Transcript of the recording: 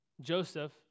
Joseph